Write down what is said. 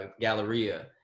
Galleria